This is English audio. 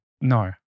No